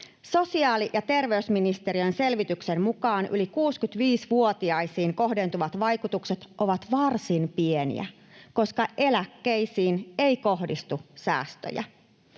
Sosiaali- ja terveysministeriön selvityksen mukaan yli 65-vuotiaisiin kohdentuvat vaikutukset ovat varsin pieniä, koska eläkkeisiin ei kohdistu säästöjä.